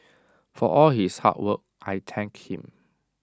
for all his hard work I thank him